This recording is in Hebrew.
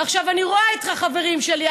אני רואה את החברים שלי,